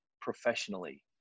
professionally